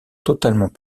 totalement